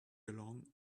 along